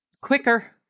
quicker